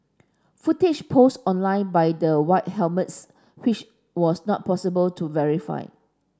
footage posted online by the White Helmets which was not possible to verify